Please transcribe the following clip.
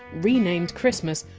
renamed christmas!